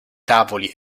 tavoli